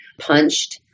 punched